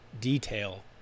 detail